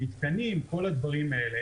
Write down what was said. מתקנים כל הדברים האלה.